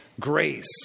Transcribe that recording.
Grace